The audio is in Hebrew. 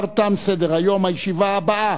תודה רבה.